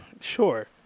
Sure